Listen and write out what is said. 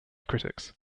critics